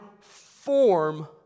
form